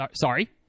sorry